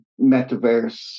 metaverse